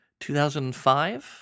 2005